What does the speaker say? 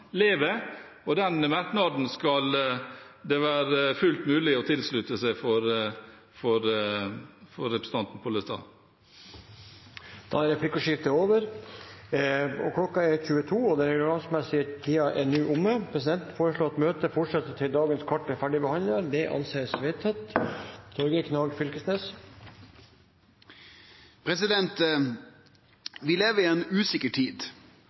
lever, og den merknaden skal det være fullt mulig å slutte seg til for representanten Pollestad. Replikkordskiftet er over. Klokken er 22, og den reglementsmessige tiden for Stortingets møte er nå omme. Presidenten foreslår at møtet fortsetter til dagens kart er ferdigbehandlet. – Det anses vedtatt. Vi lever i ei usikker tid.